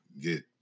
get